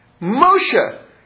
Moshe